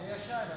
זה ישן.